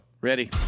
Ready